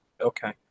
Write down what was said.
Okay